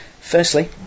Firstly